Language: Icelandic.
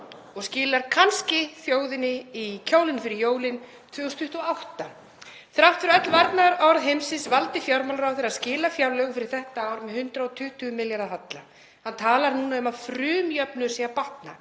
og skilar kannski þjóðinni í kjólinn fyrir jólin 2028. Þrátt fyrir öll varnaðarorð heimsins valdi fjármálaráðherra að skila fjárlögum fyrir þetta ár með 120 milljarða halla. Hann talar núna um að frumjöfnuður sé að batna.